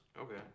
Okay